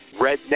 Redneck